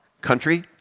country